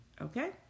Okay